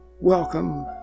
Welcome